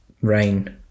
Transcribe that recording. rain